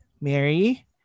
Mary